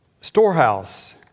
storehouse